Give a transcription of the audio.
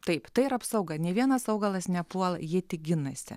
taip tai yra apsauga nė vienas augalas nepuola jie tik ginasi